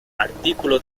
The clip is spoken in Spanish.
artículo